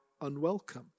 unwelcome